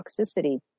toxicity